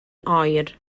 oer